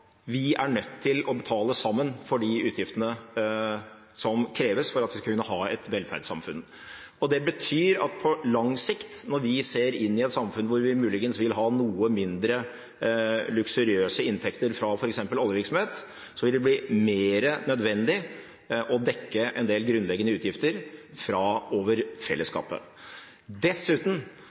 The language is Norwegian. vi er nødt til å betale sammen for de utgiftene som kreves for at vi skal kunne ha et velferdssamfunn. Det betyr at på lang sikt, når vi ser inn i et samfunn hvor vi muligens vil ha noe mindre luksuriøse inntekter fra f.eks. oljevirksomhet, vil det bli mer nødvendig å dekke en del grunnleggende utgifter over fellesskapet. Dessuten